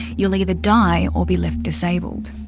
you'll either die or be left disabled.